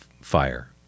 fire